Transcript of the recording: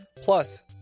plus